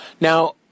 Now